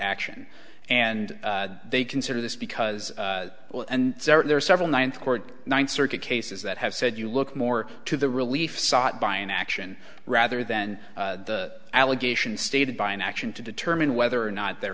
action and they consider this because well and there are several ninth court ninth circuit cases that have said you look more to the relief sought by an action rather then the allegation stated by an action to determine whether or not there